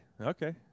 okay